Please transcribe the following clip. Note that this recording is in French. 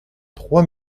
trois